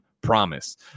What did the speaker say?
Promise